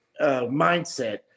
mindset